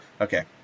Okay